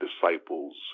disciples